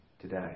today